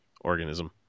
organism